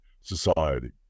society